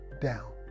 down